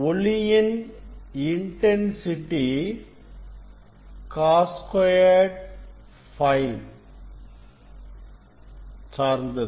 ஒளியின் intensity cos 2 Φ சார்ந்தது